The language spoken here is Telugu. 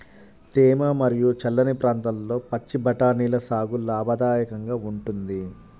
తేమ మరియు చల్లని ప్రాంతాల్లో పచ్చి బఠానీల సాగు లాభదాయకంగా ఉంటుంది